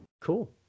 Cool